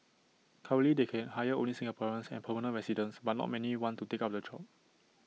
currently they can hire only Singaporeans and permanent residents but not many want to take up the job